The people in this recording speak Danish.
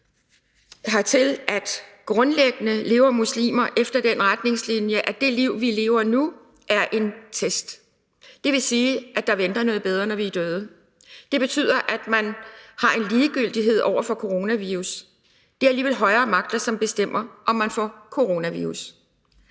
hertil: Grundlæggende lever muslimer efter den retningslinje, at det liv, vi lever nu, er en test. Det vil sige, at der venter noget bedre, når vi er døde. Det betyder, at man har en ligegyldighed over for coronavirus; det er alligevel højere magter, som bestemmer, om man får coronavirus.